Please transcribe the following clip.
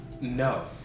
No